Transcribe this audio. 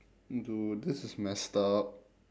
dude this is messed up